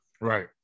Right